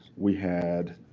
we had